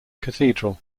cathedral